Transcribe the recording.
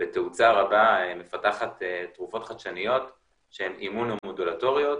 בתאוצה רבה מפתחת תרופות חדשניות שהן אימונו-מודולטוריות,